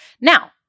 Now